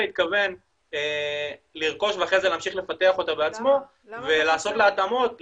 התכוון לרכוש ואחרי זה להמשיך לפתח אותה בעצמו ולעשות לה התאמות,